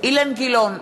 אילן גילאון,